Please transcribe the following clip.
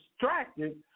distracted